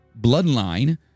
bloodline